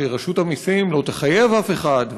שרשות המסים לא תחייב אף אחד,